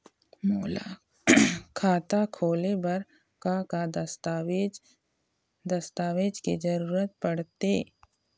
मोला खाता खोले बर का का दस्तावेज दस्तावेज के जरूरत पढ़ते?